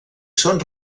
són